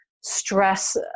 stress